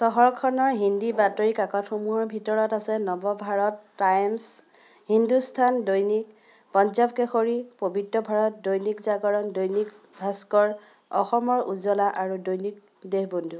চহৰখনৰ হিন্দী বাতৰি কাকতসমূহৰ ভিতৰত আছে নৱভাৰত টাইমছ হিন্দুস্তান দৈনিক পঞ্জাৱ কেশৰী পবিত্ৰ ভাৰত দৈনিক জাগৰণ দৈনিক ভাস্কৰ অসমৰ উজলা আৰু দৈনিক দেশবন্ধু